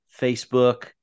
Facebook